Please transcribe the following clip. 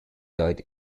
died